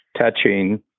touching